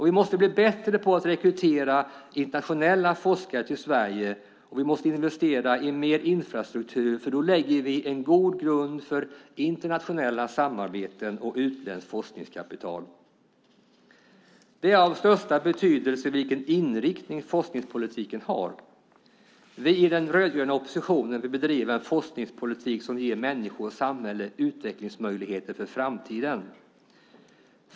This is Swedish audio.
Vi måste bli bättre på att rekrytera internationella forskare till Sverige, och vi måste investera i mer infrastruktur, för då lägger vi en god grund för internationella samarbeten och utländskt forskningskapital. Det är av största betydelse vilken inriktning forskningspolitiken har. Vi i den rödgröna oppositionen vill bedriva en forskningspolitik som ger människor och samhälle utvecklingsmöjligheter för framtiden.